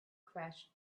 question